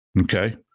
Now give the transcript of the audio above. Okay